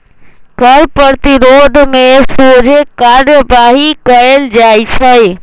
कर प्रतिरोध में सोझे कार्यवाही कएल जाइ छइ